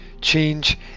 Change